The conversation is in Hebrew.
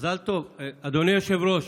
מזל טוב אדוני היושב-ראש,